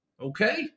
Okay